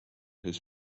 his